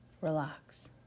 Relax